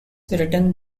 written